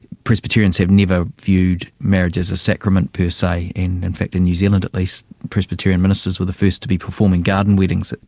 presbyterians have never viewed marriage as a sacrament per se and in fact in new zealand at least presbyterian ministers were the first to be performing garden weddings.